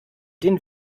den